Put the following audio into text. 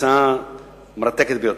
הרצאה מרתקת ביותר.